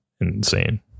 insane